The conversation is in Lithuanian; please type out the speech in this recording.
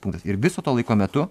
punktas ir viso to laiko metu